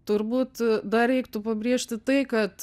turbūt dar reiktų pabrėžti tai kad